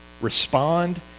respond